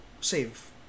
Save